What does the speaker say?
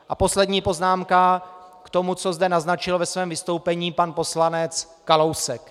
A poslední poznámka k tomu, co zde naznačil ve svém vystoupení pan poslanec Kalousek.